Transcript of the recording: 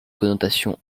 connotation